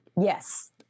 yes